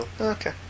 Okay